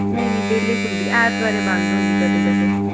नेईं डेह्ल्ली खुह्लदी बंद होंदी ऐतवारें कदें कदें